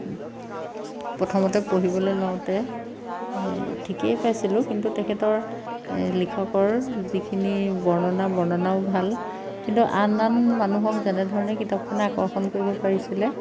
প্ৰথমতে পঢ়িবলৈ লওঁতে ঠিকেই পাইছিলোঁ কিন্তু তেখেতৰ লিখকৰ যিখিনি বৰ্ণনা বৰ্ণনাও ভাল কিন্তু আন আন মানুহক যেনে ধৰণে কিতাপখনে আকৰ্ষণ কৰিব পাৰিছিলে